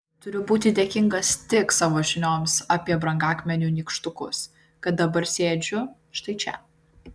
turiu būti dėkingas tik savo žinioms apie brangakmenių nykštukus kad dabar sėdžiu štai čia